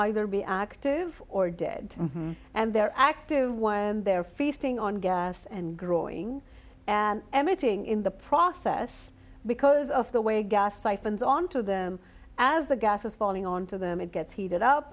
either be active or dead and they're active when they're feasting on gas and growing and emitting in the process because of the way gas siphons onto them as the gas is falling on to them it gets heat